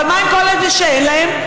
אבל מה עם כל אלה שאין להם?